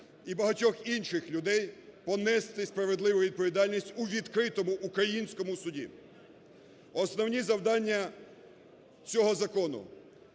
і багатьох інших людей понести справедливу відповідальність у відкритому українському суді. Основні завдання цього закону: